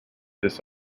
this